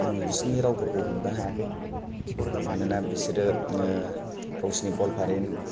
आं बिसिनि रावफोरखौ हमनो हायाखै मानोना बिसोरो गावसिनि ग'वालपारानि